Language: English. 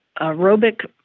aerobic